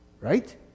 Right